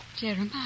Jeremiah